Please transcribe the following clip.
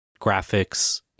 graphics